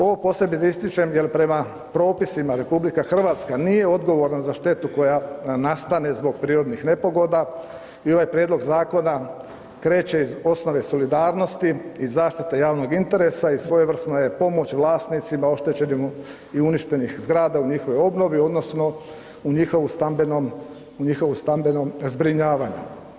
Ovo posebice ističem jer prema propisima RH nije odgovorna za štetu koja nastane zbog prirodnih nepogoda i ovaj prijedlog zakona kreće od osnove solidarnosti i zaštite javnog interesa i svojevrsna je pomoć vlasnicima oštećenih i uništenih zgrada u njihovoj obnovi odnosno u njihovom stambenom zbrinjavanju.